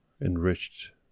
enriched